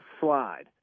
slide